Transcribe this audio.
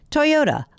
Toyota